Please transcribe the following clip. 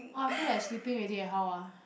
oh I feel like sleeping already how ah